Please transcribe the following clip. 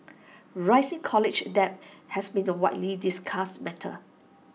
rising college debt has been the widely discussed matter